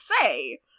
say